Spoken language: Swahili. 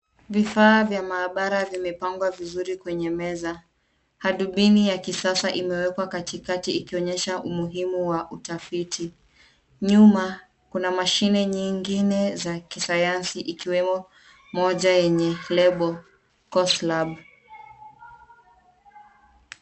Vifaa vya maabara vimepangwa vizuri kwenye meza. Tarubini ya kisasa imewekwa katikati ikionyesha umuhimu wa utafiti. Nyuma kuna mashine zingine za kisayansi ikiwemo moja yenye lebo coslab .